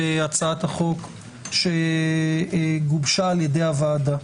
בהצעת החוק שגובשה על-ידי הוועדה.